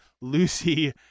Lucy